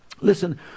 Listen